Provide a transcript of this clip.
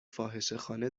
فاحشهخانه